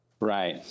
Right